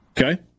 Okay